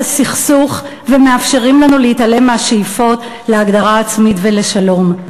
הסכסוך ומאפשרים לנו להתעלם מהשאיפות להגדרה עצמית ולשלום,